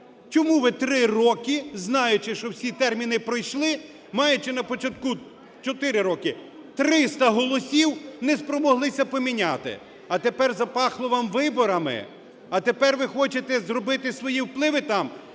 Чому ви 3 роки, знаючи, що всі терміни пройшли, маючи на початку (4 роки) 300 голосів, не спромоглися поміняти? А тепер запахло вам виборами, а тепер ви хочете зробити свої впливи там.